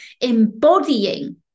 embodying